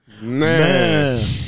Man